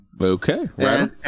okay